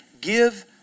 give